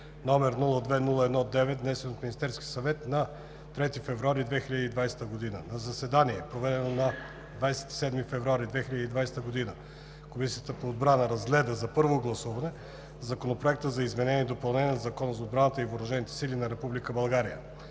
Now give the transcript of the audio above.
№ 002-01-9, внесен от Министерския съвет на 3 февруари 2020 г. На заседание, проведено на 27 февруари 2020 г., Комисията по отбрана разгледа за първо гласуване Законопроекта за изменение и допълнение на Закона за отбраната и въоръжените сили на Република България.